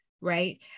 right